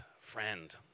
friend